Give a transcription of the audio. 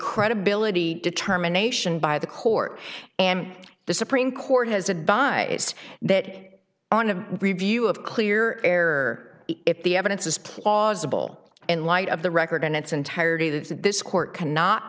credibility determination by the court and the supreme court has advised that on a review of clear error if the evidence is plausible in light of the record in its entirety that this court cannot